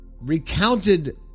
recounted